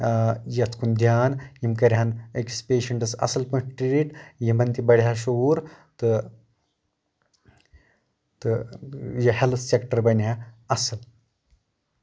یِتھ کُن دیان یِم کَرِٕہن أکِس پیٚشَنٛٹس اَصٕل پٲٹھۍ ٹریٖٹ یِمن تہِ بڑِ ہا شعوٗر تہٕ تہٕ یہِ ہٮ۪لٕتھ سیٚکٹر بَنہِ ہا اَصٕل